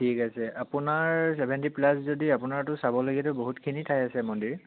ঠিক আছে আপোনাৰ চেভেণ্টি প্লাছ যদি আপোনাৰতো চাবলগীয়াতো বহুতখিনি ঠাই আছে মন্দিৰ